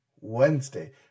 Wednesday